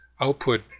output